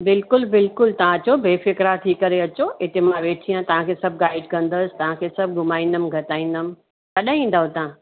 बिल्कुलु बिल्कुलु तव्हां अचो बे फिक़रा थी करे अचो हिते मां वेठी आहियां तव्हांखे सभु गाइड कंदसि तव्हां खे सभु घुमाईंदमि गॾाईंदमि कॾहिं ईंदव तव्हां